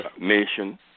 nation